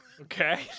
Okay